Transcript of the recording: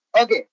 Okay